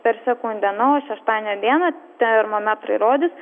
per sekundę na o šeštadienio dieną termometrai rodys